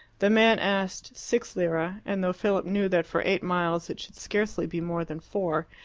the man asked six lire and though philip knew that for eight miles it should scarcely be more than four,